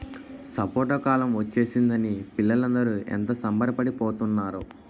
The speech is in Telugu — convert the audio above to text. సపోటా కాలం ఒచ్చేసిందని పిల్లలందరూ ఎంత సంబరపడి పోతున్నారో